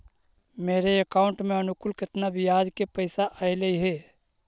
मेरे अकाउंट में अनुकुल केतना बियाज के पैसा अलैयहे?